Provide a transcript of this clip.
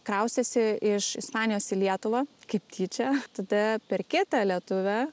kraustėsi iš ispanijos į lietuvą kaip tyčia tada per kitą lietuvę